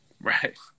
right